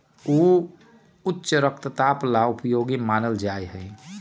ऊ उच्च रक्तचाप ला उपयोगी मानल जाहई